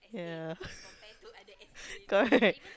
yeah correct